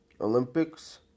Olympics